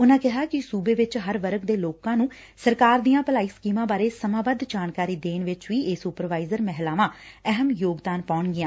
ਉਨੂਂ ਕਿਹਾ ਕਿ ਸੂਬੇ ਵਿੱਚ ਹਰ ਵਰਗ ਦੇ ਲੋਕਾਂ ਨੂੰ ਸਰਕਾਰ ਦੀਆਂ ਭਲਾਈ ਸਕੀਮਾਂ ਬਾਰੇ ਸਮਾਬੱਧ ਜਾਣਕਾਰੀ ਦੇਣ ਵਿੱਚ ਵੀ ਇਹ ਸੁਪਰਵਾਈਜ਼ਰ ਮਹਿਲਾਵਾਂ ਅਹਿਮ ਯੋਗਦਾਨ ਪਾਉਣਗੀਆਂ